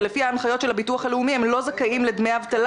ולפי ההנחיות של הביטוח הלאומי הם לא זכאים לדמי אבטלה